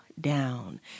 down